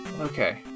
okay